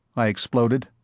i exploded.